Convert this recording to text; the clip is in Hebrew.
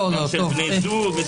גם של בני זוג.